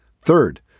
Third